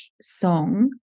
song